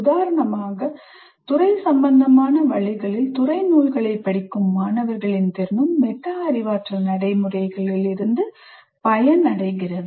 உதாரணமாக துறை சம்பந்தமான வழிகளில் துறை நூல்களைப் படிக்கும் மாணவர்களின் திறனும் மெட்டா அறிவாற்றல் நடைமுறையிலிருந்து பயனடைகிறது